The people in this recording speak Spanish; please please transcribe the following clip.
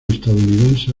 estadounidense